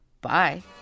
Bye